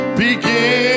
begin